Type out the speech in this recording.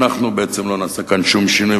אנחנו בעצם לא נעשה כאן שום שינוי,